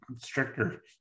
stricter